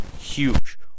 huge